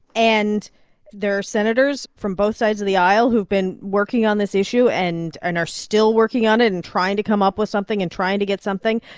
and there are senators from both sides of the aisle who've been working on this issue and and are still working on it and trying to come up with something and trying to get something.